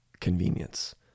convenience